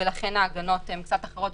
ולכן ההגנות קצת אחרות,